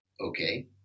okay